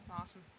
Awesome